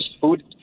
food